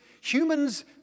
humans